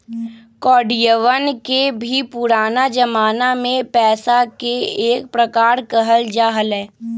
कौडियवन के भी पुराना जमाना में पैसा के एक प्रकार कहल जा हलय